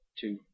Two